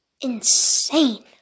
insane